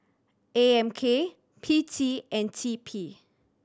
A M K P T and T P